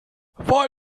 weil